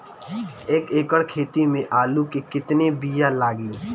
एक एकड़ खेती में आलू के कितनी विया लागी?